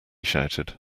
shouted